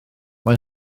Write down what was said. mae